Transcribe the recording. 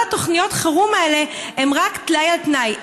כל תוכניות החירום האלה הן רק טלאי על טלאי.